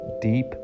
deep